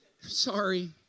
Sorry